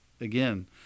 again